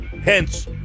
Hence